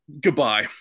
Goodbye